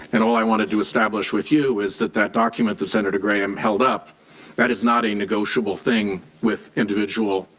and all i want to to establish with you that that document that senator graham held up that is not a negotiable thing with individual